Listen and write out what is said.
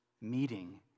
meeting